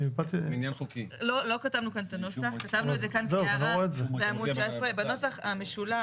לא כתבנו כאן הנוסח כהערה בעמוד 19. בנוסח המשולב